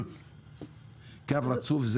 זה קו רצוף,